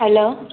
hello